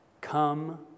Come